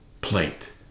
plate